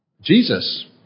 Jesus